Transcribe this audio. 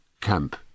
camp